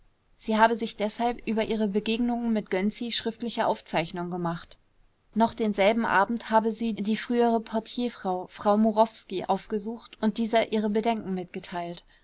sie habe sich deshalb über ihre begegnungen mit gönczi schriftliche aufzeichnungen gemacht noch denselben abend habe sie die frühere portierfrau frau murowski aufgesucht und dieser ihre bedenken mitgeteilt